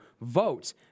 vote